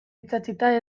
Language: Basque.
itsatsita